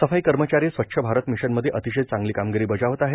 सफाई कर्मचारी स्वच्छ भारत मिशनमध्ये अतिशय चांगली कामगिरी बजावत आहेत